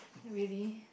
really